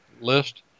list